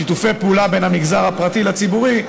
שיתופי פעולה בין המגזר הפרטי לציבורי,